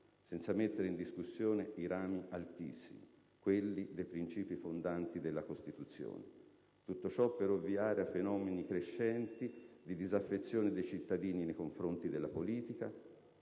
senza metterne in discussione i rami altissimi: quelli dei principi fondanti della Costituzione. Tutto ciò per ovviare ai fenomeni crescenti di disaffezione dei cittadini nei confronti della politica,